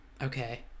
Okay